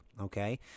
okay